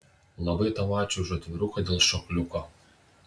labai tau ačiū už atviruką dėl šokliuko